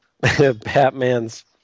Batman's